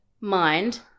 Mind